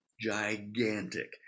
Gigantic